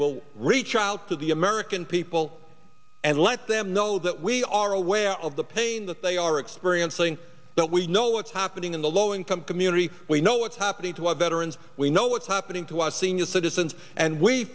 will reach out to the american people and let them know that we are aware of the pain that they are experiencing but we know what's happening in the low income community we know what's happening to our veterans we know what's happening to our senior citizens and we